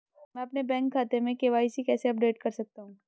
मैं अपने बैंक खाते में के.वाई.सी कैसे अपडेट कर सकता हूँ?